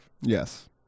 Yes